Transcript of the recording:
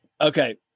Okay